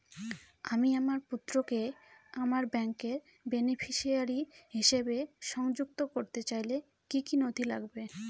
আমি আমার পুত্রকে আমার ব্যাংকের বেনিফিসিয়ারি হিসেবে সংযুক্ত করতে চাইলে কি কী নথি লাগবে?